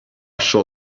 shall